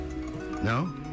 No